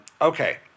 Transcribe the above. Okay